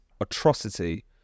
atrocity